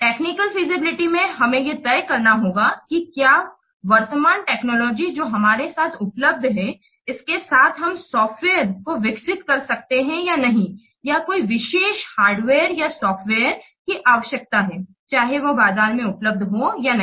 technical feasibility में हमें यह तय करना होगा कि क्या वर्तमान टेक्नोलॉजी जो हमारे साथ उपलब्ध है इसके साथ हम सॉफ्टवेयर को विकसित कर सकते हैं या नहीं या कोई विशेष हार्डवेयर या सॉफ्टवेयर की आवश्यकता है चाहे वह बाजार में उपलब्ध हो या नहीं